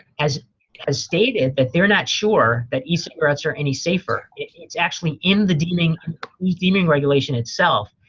has has stated that they're not sure that e-cigarettes are any safer. it's actually in the deeming yeah deeming regulation itself.